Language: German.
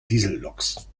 dieselloks